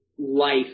life